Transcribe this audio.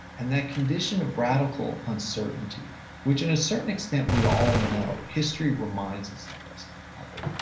and that condition of radical uncertainty, which in a certain extent we all know, history reminds us of us of it.